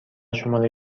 شماره